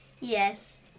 Yes